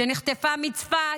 שנחטפה מצפת.